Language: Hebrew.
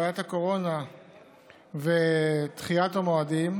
בעיית הקורונה ודחיית המועדים,